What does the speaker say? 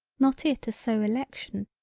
not it a so election,